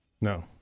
No